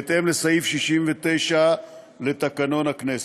בהתאם לסעיף 69 לתקנון הכנסת.